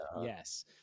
yes